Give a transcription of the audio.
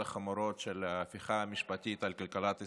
החמורות של ההפיכה המשפטית על כלכלת ישראל.